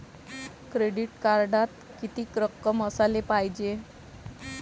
Credit कार्डात कितीक रक्कम असाले पायजे?